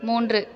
மூன்று